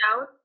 out